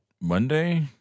Monday